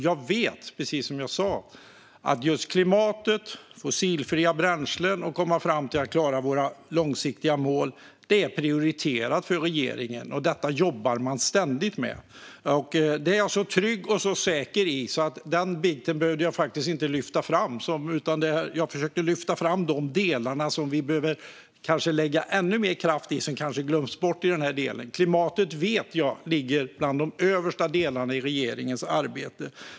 Jag vet, precis som jag sa, att just klimatet, fossilfria bränslen och frågan om att klara våra långsiktiga mål är prioriterade för regeringen. Detta jobbar man ständigt med. Det är jag så trygg och säker i att jag inte behövde lyfta fram den biten. Jag försökte i stället lyfta fram de delar som vi behöver lägga ännu mer kraft på och som kanske glöms bort. Jag vet att klimatet ligger bland de översta delarna i regeringens arbete.